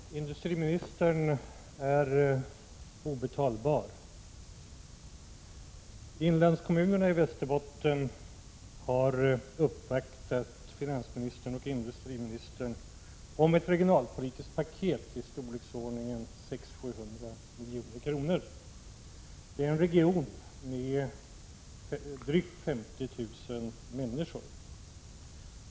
Herr talman! Industriministern är obetalbar. Inlandskommunerna i Västerbotten har uppvaktat finansministern och industriministern om ett regionalpolitiskt paket i storleken 600—700 milj.kr. Det gäller en region med drygt 50 000 invånare.